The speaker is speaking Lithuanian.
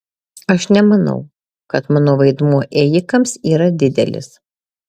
aš nemanau kad mano vaidmuo ėjikams yra didelis